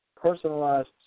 personalized